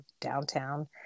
downtown